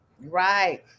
right